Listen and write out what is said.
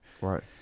Right